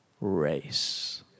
race